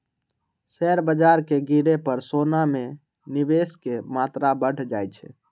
share बाजार के गिरे पर सोना में निवेश के मत्रा बढ़ जाइ छइ